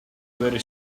very